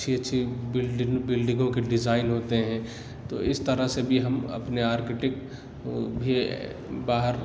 اچھی اچھی بلڈنگوں کے ڈیزائن ہوتے ہیں تو اس طرح سے بھی ہم اپنے آرکیٹیکٹ بھی باہر